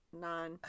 nine